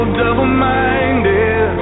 double-minded